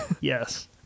Yes